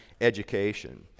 education